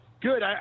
Good